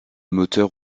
moteurs